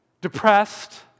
depressed